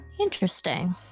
Interesting